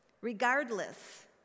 Regardless